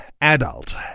adult